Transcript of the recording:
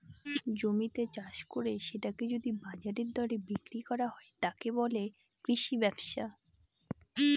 জমিতে চাষ করে সেটাকে যদি বাজারের দরে বিক্রি করা হয়, তাকে বলে কৃষি ব্যবসা